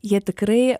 jie tikrai